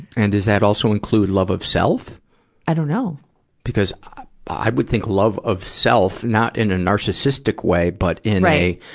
and does that also include love of self i dunno. because i would think love of self not in a narcissistic way, but in a,